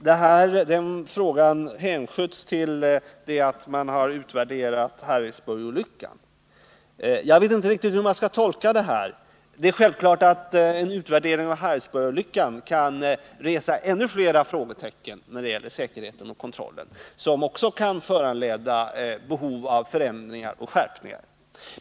Den frågan skjuts upp tills man har utvärderat Harrisburgsolyckan. Jag vet inte riktigt hur man skall tolka detta. Det är självklart att en utvärdering av Harrisburgsolyckan kan resa ännu fler frågetecken när det gäller säkerheten och kontrollen, vilka också kan föranleda behov av förändringar och skärpningar.